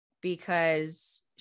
because-